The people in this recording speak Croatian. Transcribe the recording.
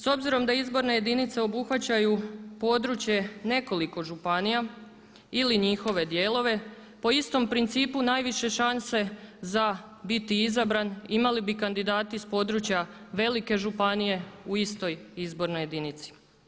S obzirom da izborne jedinice obuhvaćaju područje nekoliko županija ili njihove dijelove po istom principu najviše šanse za biti izabran imali bi kandidati s područja velike županije u istoj izbornoj jedinici.